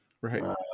Right